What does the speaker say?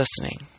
listening